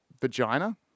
Vagina